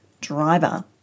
driver